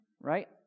right